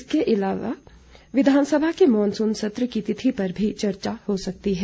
इसके अलावा विधानसभा के मानसून सत्र की तिथि पर भी चर्चा हो सकती है